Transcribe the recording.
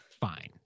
fine